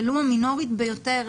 ולו המינורית ביותר,